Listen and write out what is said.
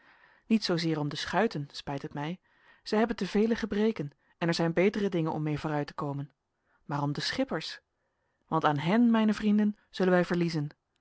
niet zoo zeer om de schuiten spijt het mij zij hebben te vele gebreken en er zijn betere dingen om mee vooruit te komen maar om de schippers want aan hen mijne vrienden zullen wij verliezen